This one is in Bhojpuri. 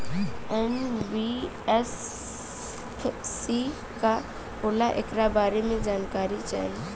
एन.बी.एफ.सी का होला ऐकरा बारे मे जानकारी चाही?